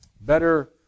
better